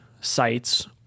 sites